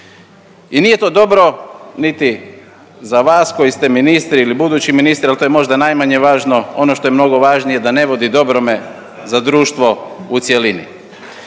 I nije to dobro niti za vas koji ste ministri ili budući ministri, ali to je možda najmanje važno, ono što je mnogo važnije da ne vodi dobrome za društvo u cjelini.